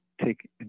take